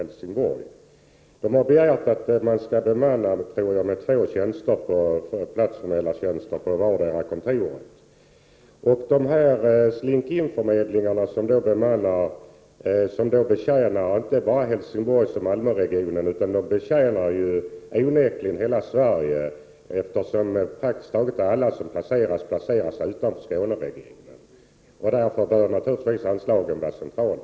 Jag tror att det har begärts att det skall bli två tjänster på vartdera kontoret. Slink-In-förmedlingarna betjänar då inte bara Helsingborg-Malmö-regionen utan onekligen hela Sverige, eftersom praktiskt taget alla som placeras blir placerade utanför Skåneregionen. Därför bör naturligtvis anslagen vara centrala.